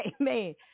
Amen